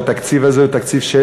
שהתקציב הזה הוא תקציב של